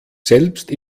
selbst